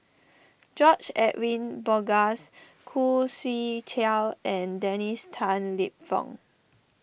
George Edwin Bogaars Khoo Swee Chiow and Dennis Tan Lip Fong